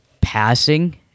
Passing